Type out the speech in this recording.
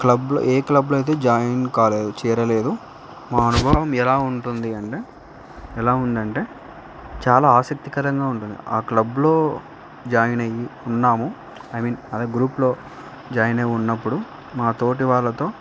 క్లబ్లో ఏ క్లబ్లో అయితే జాయిన్ కాలేదు చేరలేదు మా అనుభవం ఎలా ఉంటుంది అంటే ఎలా ఉందంటే చాలా ఆసక్తికరంగా ఉంటుంది ఆ క్లబ్లో జాయిన్ అయ్యి ఉన్నాము ఐ మీన్ అలా గ్రూప్లో జాయిన్ అయి ఉన్నప్పుడు మా తోటి వాళ్ళతో